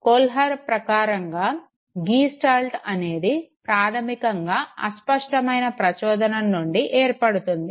Kohler ప్రకారంగా gestalt అనేది ప్రాధమికంగా అస్పష్టమైన ప్రచోదనం నుండి ఏర్పడుతుంది